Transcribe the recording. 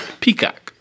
Peacock